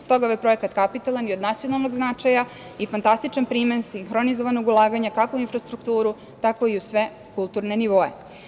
Stoga je ovaj projekat kapitalan i od nacionalnog značaja i fantastičan primer sinhronizovanog ulaganja, kako u infrastrukturu, tako i u sve kulturne nivoe.